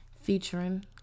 Featuring